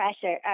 pressure